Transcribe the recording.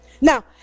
Now